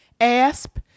asp